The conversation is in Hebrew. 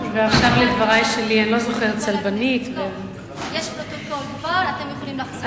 יש פרוטוקול ואפשר לחזור אליו.